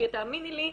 תאמיני לי,